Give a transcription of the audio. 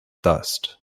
dust